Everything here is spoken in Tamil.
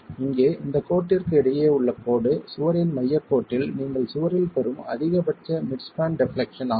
இங்கே இந்தக் கோட்டிற்கு இடையே உள்ள கோடு சுவரின் மையக் கோட்டில் நீங்கள் சுவரில் பெறும் அதிகபட்ச மிட் ஸ்பான் டெப்லெக்சன் ஆகும்